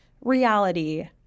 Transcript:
reality